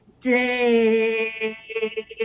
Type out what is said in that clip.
Day